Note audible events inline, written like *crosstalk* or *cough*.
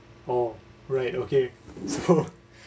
oh right okay so *laughs*